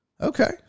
okay